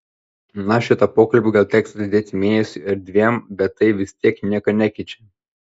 na šitą pokalbį gal teks atidėti mėnesiui ar dviem bet tai vis tiek nieko nekeičia